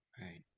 Right